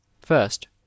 first